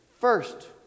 first